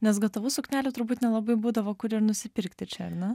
nes gatavų suknelių turbūt nelabai būdavo kur ir nusipirkti čia ar ne